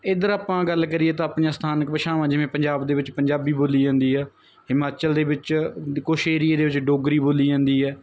ਇੱਧਰ ਆਪਾਂ ਗੱਲ ਕਰੀਏ ਤਾਂ ਆਪਣੀਆਂ ਸਥਾਨਕ ਭਾਸ਼ਾਵਾਂ ਜਿਵੇਂ ਪੰਜਾਬ ਦੇ ਵਿੱਚ ਪੰਜਾਬੀ ਬੋਲੀ ਜਾਂਦੀ ਹੈ ਹਿਮਾਚਲ ਦੇ ਵਿੱਚ ਕੁਛ ਏਰੀਏ ਦੇ ਵਿੱਚ ਡੋਗਰੀ ਬੋਲੀ ਜਾਂਦੀ ਹੈ